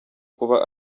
kuba